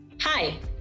Hi